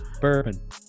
Bourbon